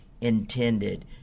intended